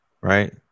Right